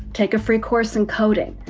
take a free course in coding.